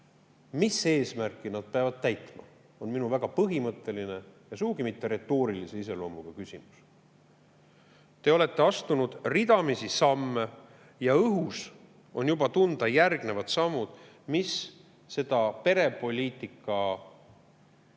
Mis eesmärki need peavad täitma, on minu väga põhimõtteline ja sugugi mitte retoorilise iseloomuga küsimus. Te olete astunud ridamisi samme ja õhus on juba tunda järgnevad sammud, millega valitsus